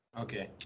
Okay